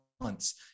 months